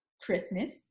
Christmas